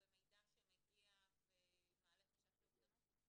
או במידע שמגיע ומעלה חשש לאובדנות?